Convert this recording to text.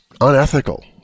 unethical